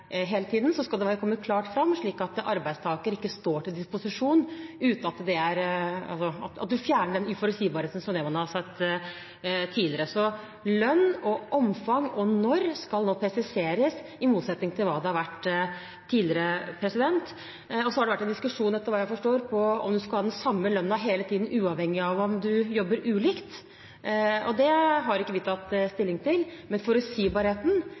hele tiden, skal det komme klart fram, slik at arbeidstakeren ikke står til disposisjon – man fjerner den uforutsigbarheten man har sett tidligere. Lønn, omfang og når skal nå presiseres, i motsetning til hva som har vært tilfellet tidligere. Det har vært en diskusjon, etter hva jeg forstår, om man skal ha den samme lønnen hele tiden, uavhengig av om man jobber ulikt. Det har ikke vi tatt stilling til. Men